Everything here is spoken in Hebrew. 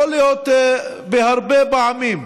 יכול להיות הרבה פעמים,